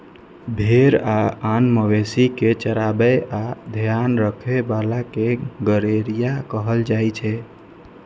भेड़ आ आन मवेशी कें चराबै आ ध्यान राखै बला कें गड़ेरिया कहल जाइ छै